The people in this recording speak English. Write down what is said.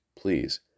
Please